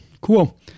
Cool